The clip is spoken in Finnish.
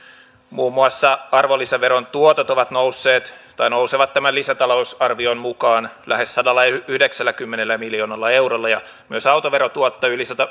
muun muassa arvonlisäveron tuotot nousevat tämän lisätalousarvion mukaan lähes sadallayhdeksälläkymmenellä miljoonalla eurolla ja myös autoverotuotto yli